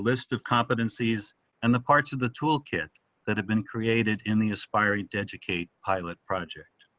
list of competencies and the parts of the toolkit that have been created in the aspiring dedicate pilot project.